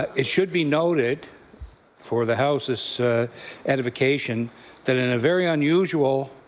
it should be noted for the house ah so edification that in a very unusual